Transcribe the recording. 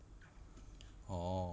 orh